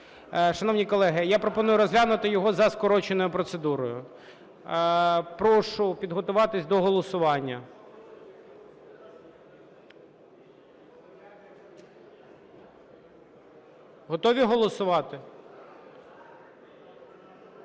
Шановні колеги, я пропоную розглянути його за скороченою процедурою. Прошу підготуватись до голосування. Готові голосувати?